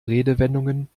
redewendungen